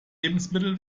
lebensmittel